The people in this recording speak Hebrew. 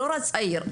הדור הצעיר,